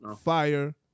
fire